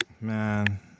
man